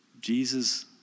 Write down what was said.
Jesus